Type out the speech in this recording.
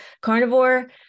Carnivore